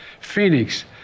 Phoenix